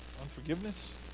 unforgiveness